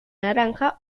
naranja